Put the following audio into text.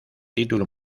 título